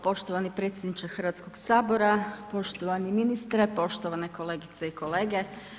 Poštovani predsjedniče Hrvatskog sabora, poštovani ministre, poštovane kolegice i kolege.